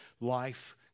life